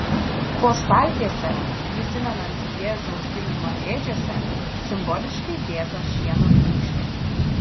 po staltiese prisimenant jėzaus gimimą ėdžiose simboliškai dėta šieno gniūžtė